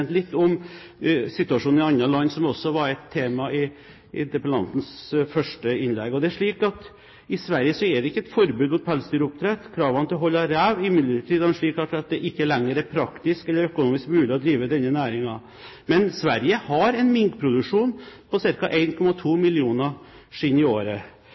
litt om situasjonen i andre land, som også var et tema i interpellantens første innlegg. Det er slik at i Sverige er det ikke et forbud mot pelsdyroppdrett. Kravene til å holde rev er imidlertid av en slik art at det ikke lenger er praktisk eller økonomisk mulig å drive i denne næringen. Men Sverige har en minkproduksjon på ca. 1,2 millioner skinn i året.